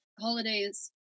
holidays